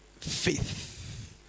faith